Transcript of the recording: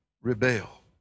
rebel